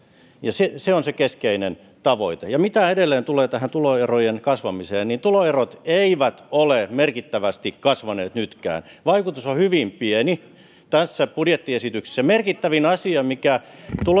ja se on se keskeinen tavoite mitä edelleen tulee tähän tuloerojen kasvamiseen niin tuloerot eivät ole merkittävästi kasvaneet nytkään vaikutus on hyvin pieni tässä budjettiesityksessä merkittävin asia mikä